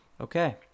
Okay